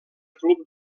club